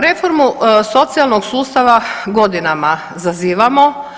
Reformu socijalnog sustava godinama zazivamo.